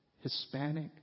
Hispanic